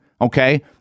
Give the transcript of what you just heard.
Okay